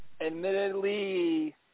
admittedly